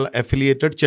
affiliated